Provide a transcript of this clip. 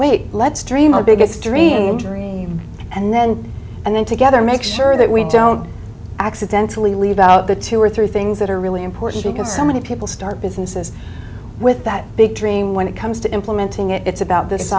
dream a biggest dream dream and then and then together make sure that we don't accidentally leave out the two or three things that are really important because so many people start businesses with that big dream when it comes to implementing it it's about th